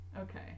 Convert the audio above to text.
Okay